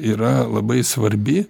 yra labai svarbi